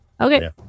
Okay